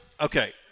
Okay